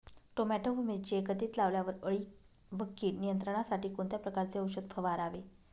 Tomato व मिरची एकत्रित लावल्यावर अळी व कीड नियंत्रणासाठी कोणत्या प्रकारचे औषध फवारावे?